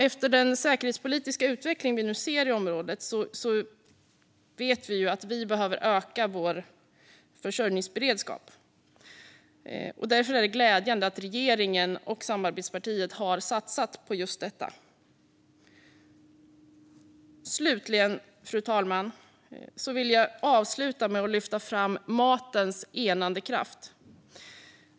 Efter den säkerhetspolitiska utvecklingen i området vet vi att vi behöver öka vår försörjningsberedskap. Därför är det glädjande att regeringen och samarbetspartiet har satsat på detta. Slutligen, fru talman, vill jag lyfta fram matens enande kraft.